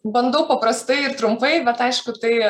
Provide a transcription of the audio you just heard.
bandau paprastai ir trumpai bet aišku tai